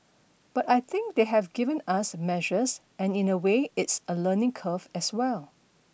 but I think they have given us measures and in a way it's a learning curve as well